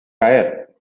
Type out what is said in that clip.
caer